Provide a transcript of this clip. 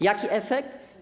Jaki efekt?